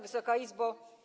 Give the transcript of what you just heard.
Wysoka Izbo!